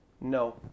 No